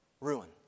ruin